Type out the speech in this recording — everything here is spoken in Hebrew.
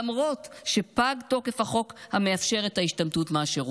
למרות שפג תוקף החוק המאפשר את ההשתמטות מהשירות.